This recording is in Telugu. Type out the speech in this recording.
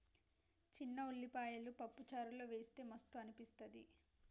చిన్న ఉల్లిపాయలు పప్పు చారులో వేస్తె మస్తు అనిపిస్తది